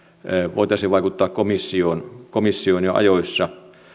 voitaisiin vaikuttaa komissioon komissioon ja ajoissa